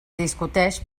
discuteix